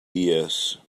dies